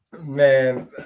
Man